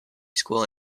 school